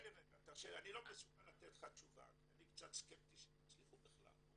אני לא מסוגל לתת לך תשובה כי אני קצת סקפטי אם תצליחו בכלל.